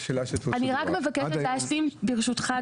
ברשותך,